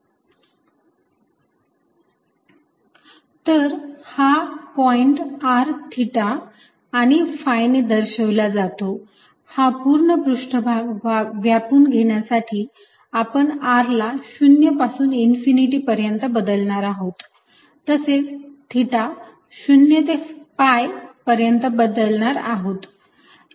rx2y2z2 तर हा point r theta आणि phi ने दर्शविला जातो हा पूर्ण पृष्ठभाग व्यापून घेण्यासाठी आपण r ला 0 पासून इन्फिनिटी पर्यंत बदलणार आहोत तसेच थिटा 0 ते pi पर्यंत बदलणार आहोत